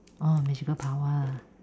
oh magical power ah